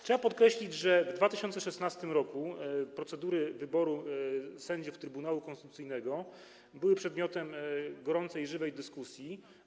Trzeba podkreślić, że w 2016 r. procedury wyboru sędziów Trybunału Konstytucyjnego były przedmiotem gorącej, żywej dyskusji.